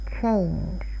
change